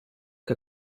que